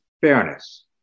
fairness